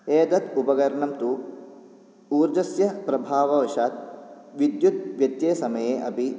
एतत् उपकरणन्तु ऊर्जस्य प्रभाववशात् विद्युत्व्यत्ययसमये अपि